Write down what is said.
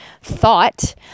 thought